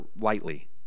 lightly